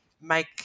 make